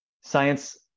science